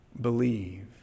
believe